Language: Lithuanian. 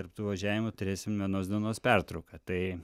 tarp tų važiavimų turėsime vienos dienos pertrauką tai